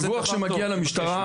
דיווח שמגיע למשטרה,